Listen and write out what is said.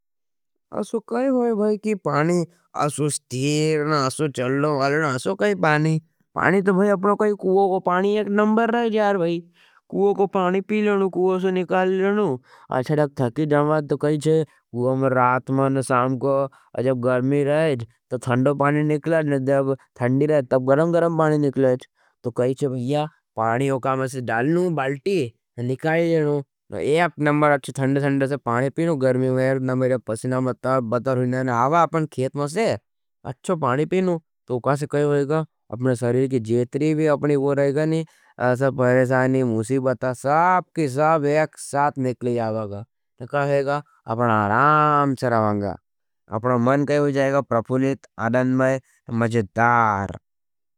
ऐसो क्या हुई गई की पानी ढेर से छलनो। पानी तो कुए का एक नंबर रही। कुए का पानी पी लो कुए से निकाल लेनो। जब थकी जावत तो कई छे कुए में रात में ना शाम को जब गर्मी रहीच। तो ठंडा पानी निकलो छह। तो पहाड़ी पे से डाल लू बालटी, निकाल लेनू। गर्मी में ठंडा ठंडा पानी पी लू, गर्मी में पसीने से तर बतर आवा अपनों खेत मे से अपनो पानी पीवू। औ का सा क्या होयेगो, शरीर की छेत्री भी अपना रहेगो न्ही। सब परेशानी, मुसीबत सब के सब एक साथ आवा। अपना आराम से रहवेंगा, अपना मन कहीं भी जाएगा, प्रफुल्लित